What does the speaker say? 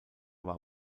wurde